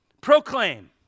Proclaim